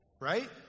Right